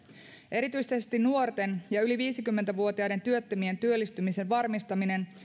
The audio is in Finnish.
erityisesti nuorten ja yli viisikymmentä vuotiaiden työttömien työllistymisen varmistaminen